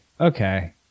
okay